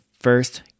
first